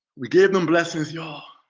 we give them blessings. yeah